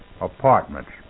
apartments